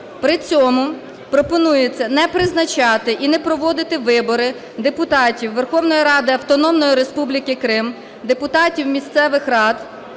При цьому пропонується не призначати і не проводити вибори депутатів Верховної Ради Автономної Республіки Крим, депутатів місцевих рад